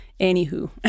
Anywho